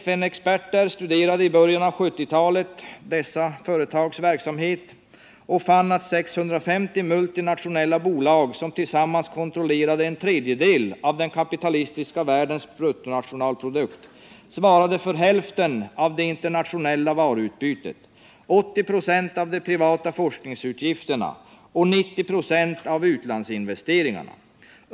FN experter studerade i början av 1970-talet dessa företags verksamhet och fann att 650 multinationella bolag, som tillsammans kontrollerade en tredjedel av den kapitalistiska världens bruttonationalprodukt, svarade för hälften av det internationella varuutbytet, 80 926 av de privata forskningsutgifterna och 90 96 av utlandsinvesteringarna.